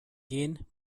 gehen